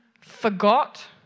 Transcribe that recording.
forgot